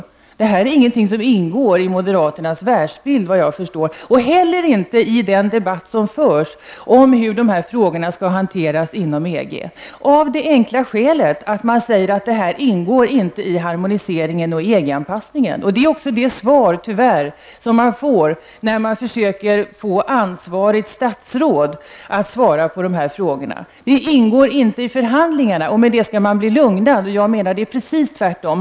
Detta är, enligt vad jag kan förstå, inte någonting som ingår i moderaternas världsbild. Det ingår inte heller i den debatt som förs om hur dessa frågor skall hanteras inom EG, av det enkla skälet att man säger att detta inte ingår i harmoniseringen och EG-anpassningen. Det är tyvärr också det svar som man får när man försöker att få ansvarigt statsråd att svara på dessa frågor. Det ingår inte i förhandlingarna -- och med detta skall man bli lugnad. Jag menar att det är precis tvärtom.